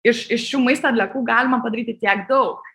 iš iš šių maisto atliekų galima padaryti tiek daug